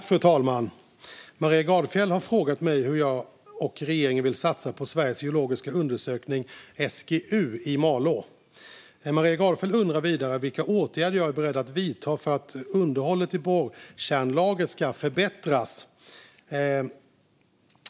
Fru talman! Maria Gardfjell har frågat mig hur jag och regeringen vill satsa på Sveriges geologiska undersökning, SGU, i Malå. Maria Gardfjell undrar vidare vilka åtgärder jag är beredd att vidta för att underhållet i borrkärnelagret ska förbättras.